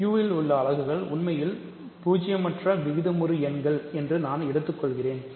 Q இல் உள்ள அலகுகள் உண்மையில் பூஜ்ஜியமற்ற விகிதமுறு எண்கள் என்று நான் எடுத்துக் கொள்கிறேன்